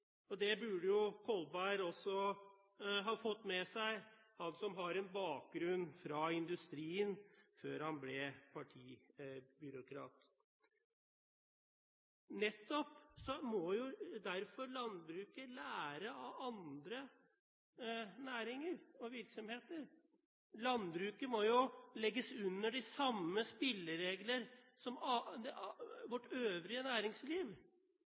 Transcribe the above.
er. Det burde jo Kolberg også ha fått med seg, han som har en bakgrunn fra industrien før han ble partibyråkrat. Nettopp derfor må landbruket lære av andre næringer og virksomheter. Landbruket må underlegges de samme spilleregler som de vårt øvrige næringsliv